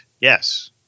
Yes